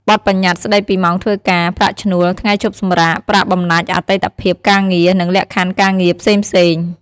បទប្បញ្ញត្តិស្តីពីម៉ោងធ្វើការ ប្រាក់ឈ្នួល ថ្ងៃឈប់សម្រាក ប្រាក់បំណាច់អតីតភាពការងារ និងលក្ខខណ្ឌការងារផ្សេងៗ។